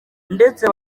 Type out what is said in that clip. ndetse